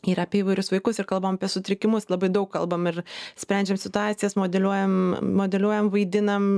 ir apie įvairius vaikus ir kalbam apie sutrikimus labai daug kalbam ir sprendžiam situacijas modeliuojam modeliuojam vaidinam